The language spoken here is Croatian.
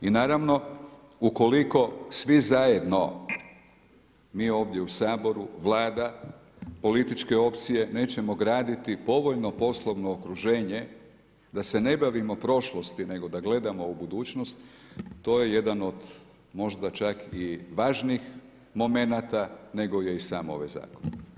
I naravno ukoliko svi zajedno mi ovdje u Saboru, Vlada, političke opcije nećemo graditi povoljno poslovno okruženje da se ne bavimo prošlosti nego da gledamo u budućnost, to je jedan do možda čak i važnih momenata nego je i sam ovaj zakon.